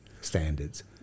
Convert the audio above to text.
standards